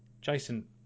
jason